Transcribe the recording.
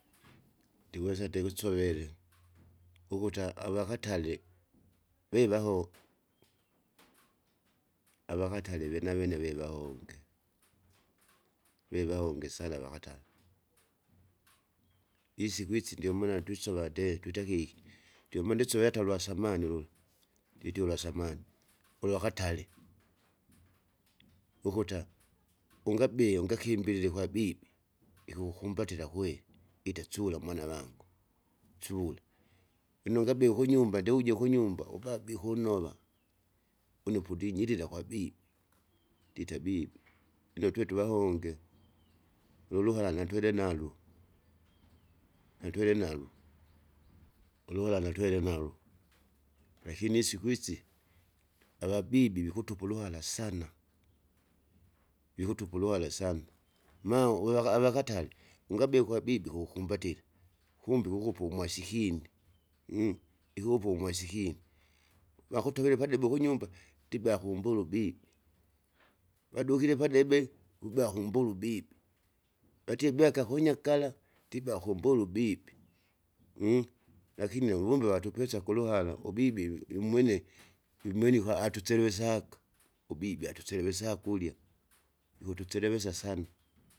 ndiwesa ndikusovere ukuta avakatale vivaho avakatale vinavene vivahonge vivahonge sana avakatale. Isiku isi ndiomaana twisova ndee twita keki, ndiomaana isove hata ulyasamani lula nditie ulwasamani ulwakatare ukuta ungabie ungakilile kwabibi ikukukumbatila kweli ita sula mwana vangu, sula inongabe kunyumba ndiuja kunyumba upapa ikunova. Une pondinyirira kwabibi ndita bibi ndinatwe tuvahonge nuluhara natwelenalu natwelenalu, uruhara natwelenalu, alkaini isiku sisi avabibi vikutupa uruhara sanna, vikutupa uruhara sana, maa wewa avakatale ungabia kwabibi kukumbatira, kumbe ikukupa umwasikini, ikukupa umwasikini, wakutovere padebe ukunyumba ndibea kumbula ubibi. Bado ukire padebe ubea kumbula ubibi, vatie byake akunyakara ndibea kumbula ubibi, lakini nauvungi vatupisa kuruhara ubibi imwene imwene ikwa atuchelevesaka ubibi atuselevesa kurya, ikutuchelevesa sana.